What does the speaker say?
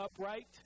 upright